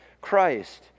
Christ